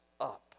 up